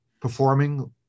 performing